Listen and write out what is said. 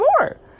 more